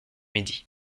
midi